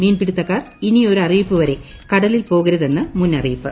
മീൻ പിടുത്തക്കാർ ഇനിയൊരറിപ്പുവരെ കടലിൽ പോകരുതെന്ന് മുന്നറിയിപ്പ്